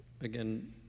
Again